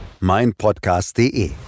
meinpodcast.de